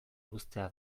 uztea